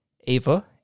Ava